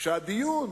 שהדיון